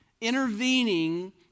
intervening